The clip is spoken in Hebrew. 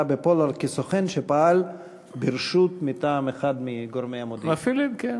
בפולארד כסוכן שפעל ברשות מטעם אחד מגורמי המודיעין.